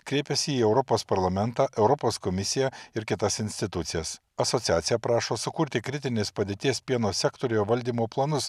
kreipėsi į europos parlamentą europos komisiją ir kitas institucijas asociacija prašo sukurti kritinės padėties pieno sektoriuje valdymo planus